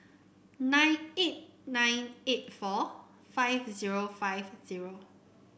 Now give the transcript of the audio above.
nine eight nine eight four five zero five zero